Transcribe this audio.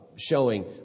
showing